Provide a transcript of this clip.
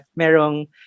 merong